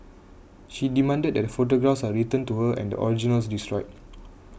she demanded that the photographs are returned to her and the originals destroyed